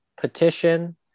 petition